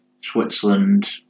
Switzerland